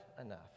enough